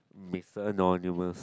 Mister anonymous